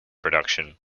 production